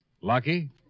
Lucky